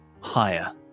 higher